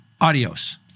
Adios